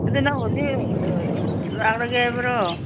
ꯑꯗꯨ ꯅꯪ ꯍꯧꯖꯤꯛ ꯂꯥꯛꯂꯒꯦ ꯍꯥꯏꯕ꯭ꯔꯣ